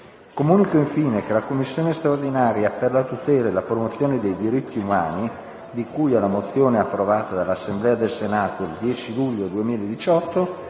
Comunico infine che la Commissione straordinaria per la tutela e la promozione dei diritti umani, di cui alla mozione approvata dall'Assemblea del Senato il 10 luglio 2018,